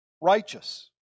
righteous